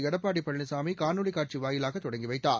எடப்பாடி பழனிசாமி காணொலி காட்சி வாயிலாக தொடங்கி வைத்தார்